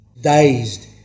dazed